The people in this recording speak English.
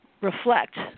reflect